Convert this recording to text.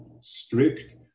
strict